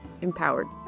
empowered